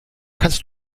kannst